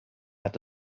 hat